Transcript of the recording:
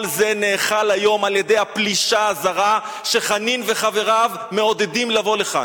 כל זה נאכל היום על-ידי הפלישה הזרה שחנין וחבריו מעודדים לבוא לכאן.